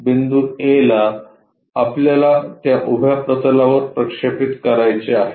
बिंदू A ला आपल्याला त्या उभ्या प्रतलावर प्रक्षेपित करायचे आहे